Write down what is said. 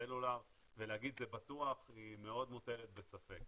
סלולר ולהגיד שזה בטוח היא מאוד מוטלת בספק.